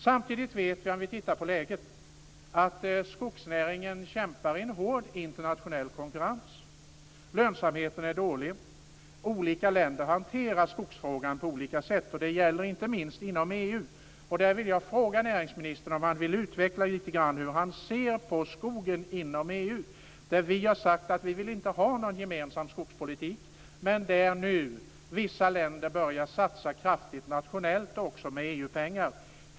Samtidigt vet vi, om vi ser hur läget är, att skogsnäringen kämpar i en hård internationell konkurrens. Lönsamheten är dålig, och olika länder hanterar skogsfrågan på olika sätt. Detta gäller inte minst inom EU. I det här avseendet vill jag fråga näringsministern om han vill utveckla lite grann hur han ser på skogsfrågorna inom EU. Vi har sagt att vi inte vill ha någon gemensam skogspolitik, men vissa länder börjar nu satsa kraftigt nationellt med EU-pengar.